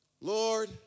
Lord